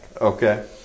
Okay